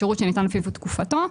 השירות שניתן לפי תקופתו,